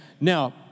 now